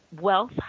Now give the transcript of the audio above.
Wealth